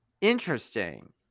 Interesting